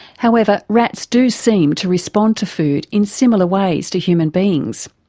however, rats do seem to respond to food in similar ways to human beings,